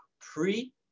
pre